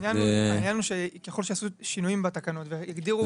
העניין הוא שככל שעשו שינויים בתקנות והגדירו